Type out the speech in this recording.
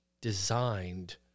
designed